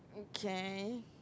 okay